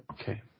Okay